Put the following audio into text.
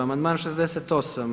Amandman 68.